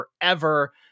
forever